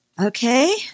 Okay